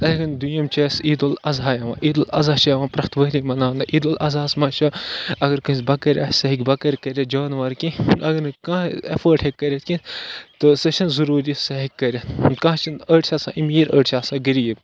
دۄیِم چھِ اَسہِ عیٖد الضحیٰ یِوان عیٖد الضحیٰ چھِ یِوان پرٛٮ۪تھ ؤہری مَناونہٕ عیٖد الضحیٰ ہَس منٛز چھِ اَگر کٲنٛسہِ بٔکٕرۍ آسہِ سُہ ہیٚکہِ بٔکٕرۍ کٔرِتھ جانوَر کیٚنٛہہ اَگر نہٕ کانٛہہ اٮ۪فٲٹ ہیٚکۍ کٔرِتھ کیٚنٛہہ تہٕ سُہ چھُنہٕ ضٔروٗری سُہ ہیٚکہِ کٔرِتھ کانٛہہ چھِنہٕ أڑۍ چھِ آسان أمیٖر أڑۍ چھِ آسان غریٖب